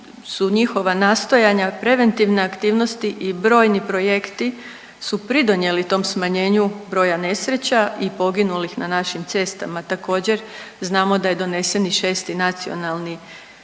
su njihova nastojanja, preventivne aktivnosti i brojni projekti su pridonijeli tom smanjenju broja nesreća i poginulih na našim cestama. Također znamo da je donesen i 6. Nacionalni plan